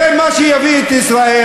זה מה שיביא את מדינת ישראל,